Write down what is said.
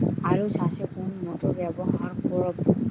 আলু চাষে কোন মোটর ব্যবহার করব?